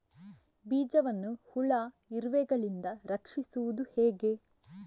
ಬೀಜವನ್ನು ಹುಳ, ಇರುವೆಗಳಿಂದ ರಕ್ಷಿಸುವುದು ಹೇಗೆ?